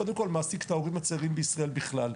קודם כול מעסיק את ההורים הצעירים הישראלים בכלל.